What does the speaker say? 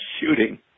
shooting